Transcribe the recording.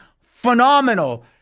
phenomenal